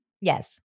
Yes